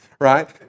Right